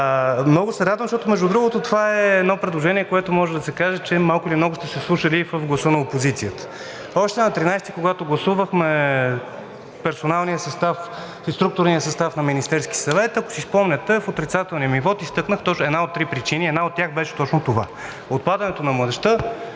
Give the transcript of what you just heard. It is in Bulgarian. Много се радвам, защото, между другото, това е едно предложение, за което може да се каже, че малко или много сте се вслушали и в гласа на опозицията. Още на 13-и, когато гласувахме персоналния и структурния състав на Министерския съвет, ако си спомняте, в отрицателния ми вот изтъкнах една от три причини. Една от тях беше точно това – отпадането на младежта